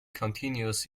continuous